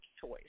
choice